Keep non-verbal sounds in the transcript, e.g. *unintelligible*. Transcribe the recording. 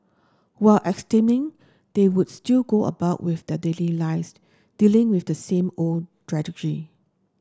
while abstaining they would still go about with their daily lives dealing with the same old *unintelligible*